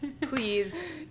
Please